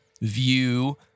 view